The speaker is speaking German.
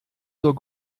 zur